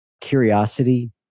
curiosity